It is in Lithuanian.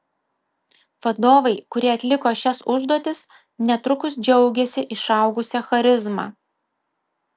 vadovai kurie atliko šias užduotis netrukus džiaugėsi išaugusia charizma